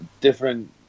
different